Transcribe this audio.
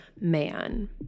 man